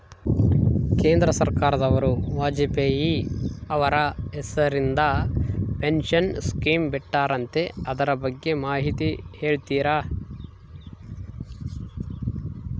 ಕೇಂದ್ರ ಸರ್ಕಾರದವರು ವಾಜಪೇಯಿ ಅವರ ಹೆಸರಿಂದ ಪೆನ್ಶನ್ ಸ್ಕೇಮ್ ಬಿಟ್ಟಾರಂತೆ ಅದರ ಬಗ್ಗೆ ಮಾಹಿತಿ ಹೇಳ್ತೇರಾ?